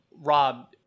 rob